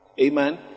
Amen